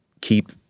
keep